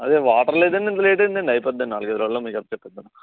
అదే వాటర్ లేదండి ఇంత లేటైదండి అయిపోతుందండి నాలుగు ఐదు రోజుల్లో మీకు అప్పచెప్పేస్తాం